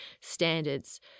standards